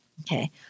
Okay